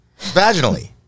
vaginally